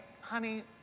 honey